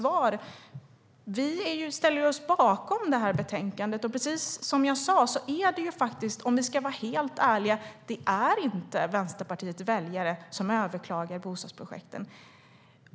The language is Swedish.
Vi ställer ju oss bakom betänkandet, och precis som jag sa är det, om vi ska vara helt ärliga, inte Vänsterpartiets väljare som överklagar bostadsprojekten.